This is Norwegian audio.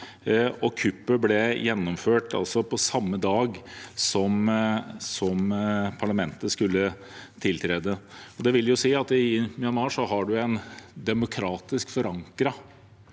kuppet ble gjennomført på samme dag som parlamentet skulle tre sammen. Det vil si at man i Myanmar har et demokratisk forankret